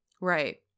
right